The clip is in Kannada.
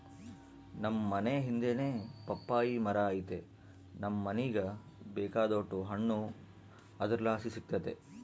ನಮ್ ಮನೇ ಹಿಂದೆನೇ ಪಪ್ಪಾಯಿ ಮರ ಐತೆ ನಮ್ ಮನೀಗ ಬೇಕಾದೋಟು ಹಣ್ಣು ಅದರ್ಲಾಸಿ ಸಿಕ್ತತೆ